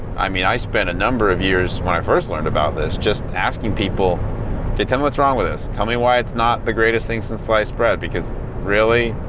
i mean i spent a number of years when i first learned about this just asking people okay, tell me what's wrong with this? tell me why it's not the greatest thing since sliced bread. because really,